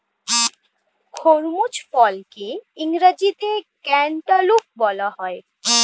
খরমুজ ফলকে ইংরেজিতে ক্যান্টালুপ বলা হয়